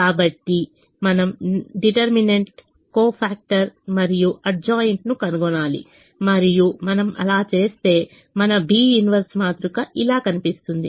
కాబట్టి మనము నిర్ణయాత్మకసహకారకం మరియు సర్దుబాటు ను కనుగొనాలి మరియు మనము అలా చేస్తే మన B 1 మాతృక ఇలా కనిపిస్తుంది